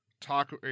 talk